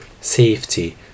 Safety